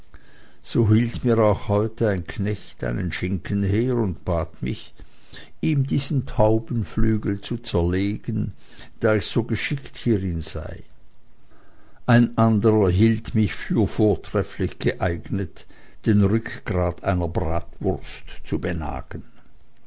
so hielt mir auch heute ein knecht einen schinken her und bat mich ihm diesen taubenflügel zu zerlegen da ich so geschickt hierin sei ein anderer hielt mich für vortrefflich geeignet den rückgrat einer bratwurst zu benagen